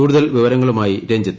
കൂടുതൽ വിവരങ്ങളുമായി രഞ്ജിത്